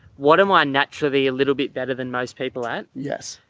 what am i naturally a little bit better than most people at? yes.